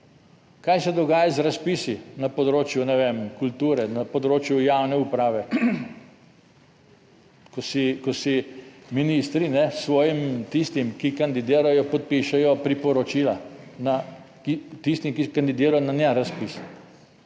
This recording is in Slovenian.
Kaj se dogaja z razpisi na področju, ne vem, kulture, na področju javne uprave, ko si ministri s svojim, tistim, ki kandidirajo podpišejo priporočila na tisti, ki kandidirajo na njen razpis